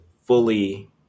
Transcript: fully